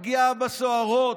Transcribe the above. הפגיעה בסוהרות.